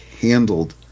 handled